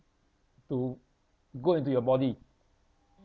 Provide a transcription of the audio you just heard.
to go into your body